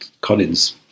Collins